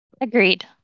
Agreed